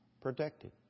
Protected